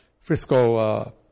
Frisco